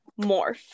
Morph